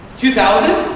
two thousand?